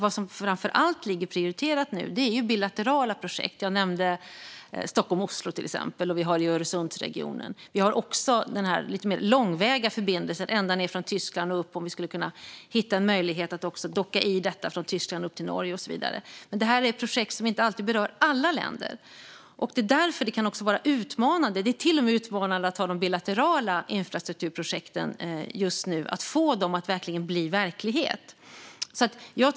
Vad som framför allt är prioriterat nu är bilaterala projekt. Jag nämnde Stockholm-Oslo, till exempel. Vi har det också i Öresundsregionen. Vi har även den lite mer långväga förbindelsen ända nedifrån Tyskland, och vi skulle kanske kunna hitta en möjlighet att docka i detta från Tyskland och upp till Norge och så vidare. Men detta är projekt som inte alltid berör alla länder. Det är därför som det också kan vara utmanande. Det är till och med utmanande att ha de bilaterala infrastrukturprojekten just nu och att få dem att bli verklighet.